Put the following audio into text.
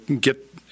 get